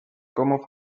cómo